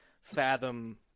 fathom